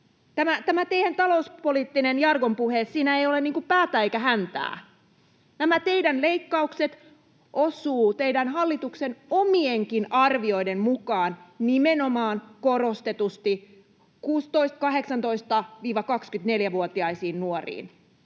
Tässä teidän talouspoliittisessa jargonpuheessanne ei ole päätä eikä häntää. Nämä teidän leikkaukset osuvat teidän hallituksenne omienkin arvioiden mukaan nimenomaan korostetusti 18—24-vuotiaisiin nuoriin.